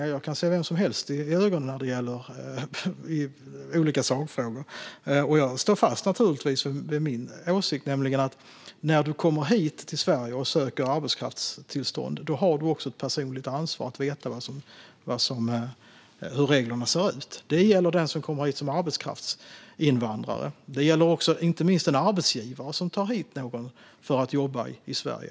Ja, jag kan se vem som helst i ögonen när det gäller olika sakfrågor, och jag står naturligtvis fast vid min åsikt som är att när du kommer hit till Sverige och söker arbetstillstånd har du också ett personligt ansvar att veta hur reglerna ser ut. Det gäller den som kommer hit som arbetskraftsinvandrare, och det gäller inte minst den arbetsgivare som tar hit någon som ska jobba i Sverige.